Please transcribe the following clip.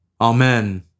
Amen